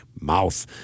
mouth